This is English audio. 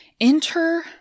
Enter